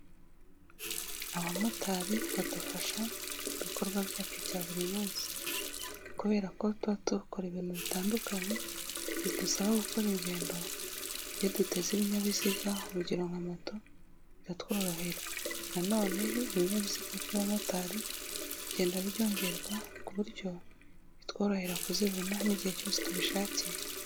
Abamotari badufasha mu bikorwa byacu bya buri munsi, kubera ko tuba dukora ibintu bitandukanye bidusaba gukora ingendo, iyo duteze ibinyabiziga urugero nka moto biratworohera, nanone ibinyabiziga by'abamotari bigenda byongerwa ku buryo bitworohera kuzibona n'igihe cyose tubishakiye.